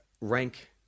rank